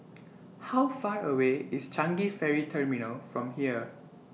How Far away IS Changi Ferry Terminal from here